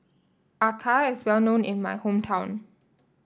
Acar is well known in my hometown